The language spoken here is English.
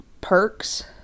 perks